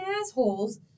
assholes